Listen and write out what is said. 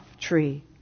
tree